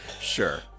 Sure